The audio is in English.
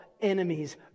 enemies